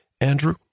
Andrew